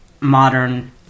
modern